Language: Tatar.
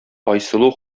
айсылу